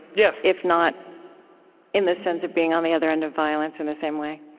yes, if not in the sense of being on the other end of violence in the same way.